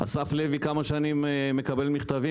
אסף לוי כמה שנים מקבל מכתבים?